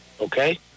okay